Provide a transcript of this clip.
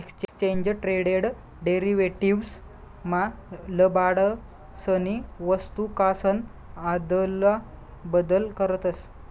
exchange traded derivatives मा लबाडसनी वस्तूकासन आदला बदल करतस